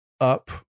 up